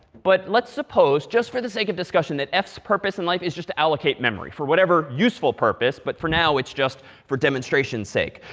but let's suppose, just for the sake of discussion, that f's purpose in life is just to allocate memory for whatever useful purpose, but for now it's just for demonstration's sake.